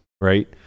right